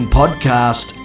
podcast